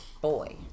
Boy